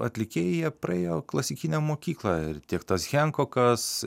atlikėjai jie praėjo klasikinę mokyklą ir tiek tas henkokas